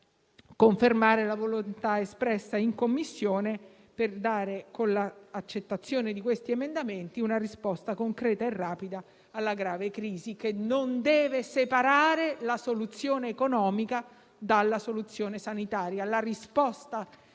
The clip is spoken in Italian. confermare la volontà espressa in Commissione per dare con l'accettazione di questi emendamenti una risposta concreta e rapida alla grave crisi che non deve separare la soluzione economica dalla soluzione sanitaria;